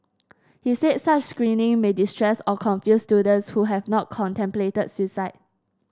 he said such screening may distress or confuse students who have not contemplated suicide